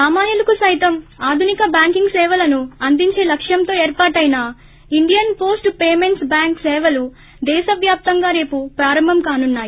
సామాన్యులకు సైతం ఆధునిక బ్యాంకింగ్ సేవలను అందించే లక్ష్యంతో ఏర్పాటైన ఇండియన్ పోస్ట్ పమెంట్స్ బ్యాంక్ సేవలు దేశ వ్యాప్తంగా రేపు ప్రారంభం కానునున్నాయి